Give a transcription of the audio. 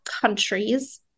countries